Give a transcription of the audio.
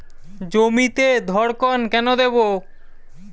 জমিতে ধড়কন কেন দেবো?